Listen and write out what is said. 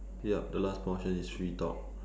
yup the last portion is free talk